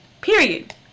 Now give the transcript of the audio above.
Period